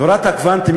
תורת הקוונטים,